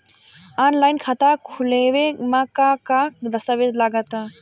Online खाता खूलावे म का का दस्तावेज लगा ता?